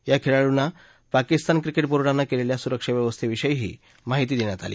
या खळीडूंना पाकिस्तान क्रिकेटी बोर्डानं कलिल्या सुरक्षा व्यवस्थविषयीही माहिती दर्ष्वात आली